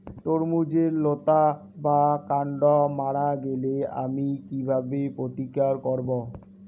তরমুজের লতা বা কান্ড মারা গেলে আমি কীভাবে প্রতিকার করব?